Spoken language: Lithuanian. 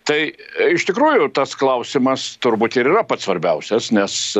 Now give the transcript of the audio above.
tai iš tikrųjų tas klausimas turbūt ir yra pats svarbiausias nes